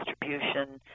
distribution